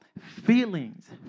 feelings